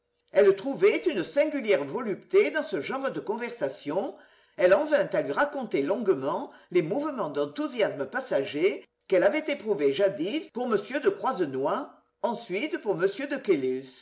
elle trouvait une singulière volupté dans ce genre de conversation elle en vint à lui raconter longuement les mouvements d'enthousiasme passager qu'elle avait éprouvés jadis pour m de croisenois ensuite pour